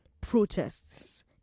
protests